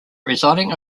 residing